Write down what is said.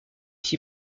six